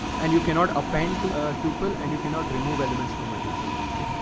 and you cannot append to a tupelo and you cannot remove elements from a two-page. okay.